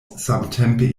samtempe